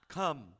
come